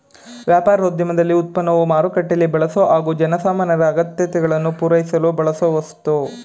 ವ್ಯಾಪಾರೋದ್ಯಮದಲ್ಲಿ ಉತ್ಪನ್ನವು ಮಾರುಕಟ್ಟೆಲೀ ಬಳಸೊ ಹಾಗು ಜನಸಾಮಾನ್ಯರ ಅಗತ್ಯತೆ ಪೂರೈಸಲು ಬಳಸೋವಸ್ತು